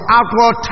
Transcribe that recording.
outward